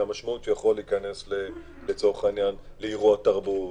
והמשמעות היא שהוא יכול להיכנס לאירוע תרבות,